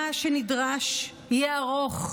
מה שנדרש יהיה ארוך,